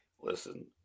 Listen